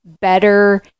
better